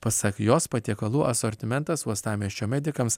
pasak jos patiekalų asortimentas uostamiesčio medikams